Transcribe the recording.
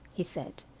he said.